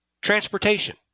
transportation